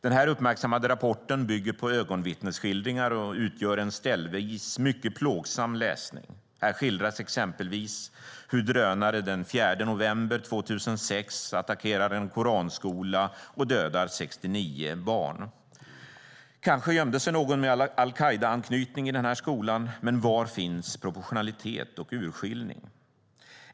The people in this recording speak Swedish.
Den här uppmärksammade rapporten bygger på ögonvittnesskildringar och utgör en ställvis mycket plågsam läsning. Här skildras exempelvis hur drönare den 4 november 2006 attackerar en koranskola och dödar 69 barn. Kanske gömde sig någon med al-Qaida-anknytning i den här skolan men var finns proportionalitet och urskiljning?